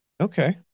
Okay